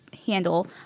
handle